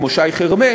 כמו שי חרמש,